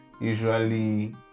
usually